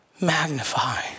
magnify